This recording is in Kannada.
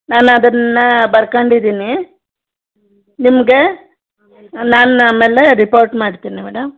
ನಾನು ಅದನ್ನು ಬರ್ಕೊಂಡಿದೀನಿ ನಿಮಗೆ ನಾನು ಆಮೇಲೆ ರಿಪೊರ್ಟ್ ಮಾಡ್ತೀನಿ ಮೇಡಮ್